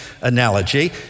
analogy